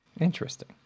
Interesting